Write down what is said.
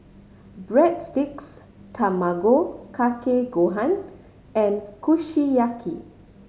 Breadsticks Tamago Kake Gohan and Kushiyaki